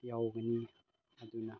ꯌꯥꯎꯒꯅꯤ ꯑꯗꯨꯅ